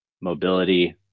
mobility